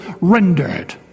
rendered